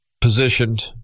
positioned